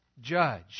judge